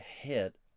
hit